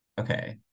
okay